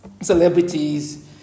celebrities